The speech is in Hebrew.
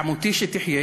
חמותי שתחיה,